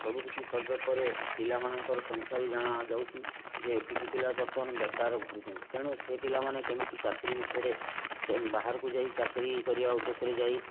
ସବୁକିଛି ସର୍ଭେ ପରେ ପିଲାମାନଙ୍କର ସଂଖ୍ୟା ବି ଜଣାଯାଉଛି ଯେ ଏତିକି ପିଲା ବର୍ତ୍ତମାନ ବେକାର ଘୁରୁଛନ୍ତି ତେଣୁ ସେହି ପିଲାମାନେ କେମିତି ଚାକିରି ବିଷୟରେ ବାହାରକୁ ଯାଇ ଚାକିରି କରିବା ଉଦ୍ଦେଶ୍ୟରେ ଯାଇ